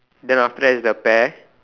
then after that is the pear